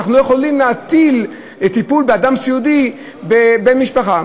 אנחנו לא יכולים תמיד להטיל טיפול באדם סיעודי על בן-משפחה.